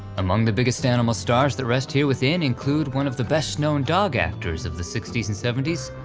among the biggest animal stars the rest here with inn include one of the best-known dog actors of the sixty s and seventy s,